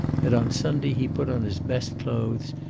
and on sunday he put on his best clothes,